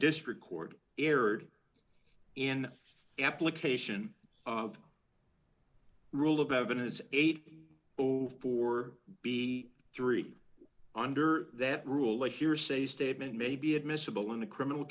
district court erred in application of rule of evidence eight o four b three under that rule of hearsay statement may be admissible in a criminal